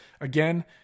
Again